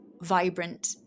vibrant